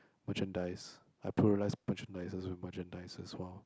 merchandise I merchandises with merchandises !wow!